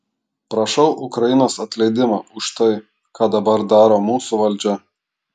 prašau ukrainos atleidimo už tai ką dabar daro mūsų valdžią